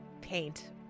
paint